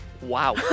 Wow